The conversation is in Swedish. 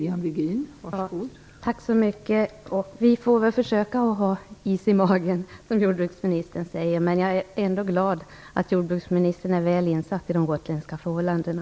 Fru talman! Tack så mycket! Vi får väl försöka att ha is i magen, som jordbruksministern säger. Men jag är ändå glad att jordbruksministern är väl insatt i de gotländska förhållandena.